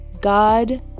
God